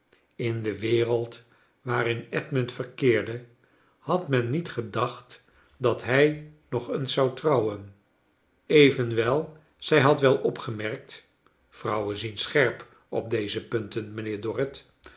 in de wereld waarin edmund verkeerde had men niet gedacht dat hij nog eens zou trouwen evenwel zij had wel opgemerkt vrouwen zien scherp op deze punten mijnheer dorrit